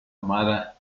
amada